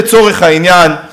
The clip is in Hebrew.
לצורך העניין,